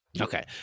Okay